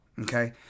Okay